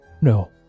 no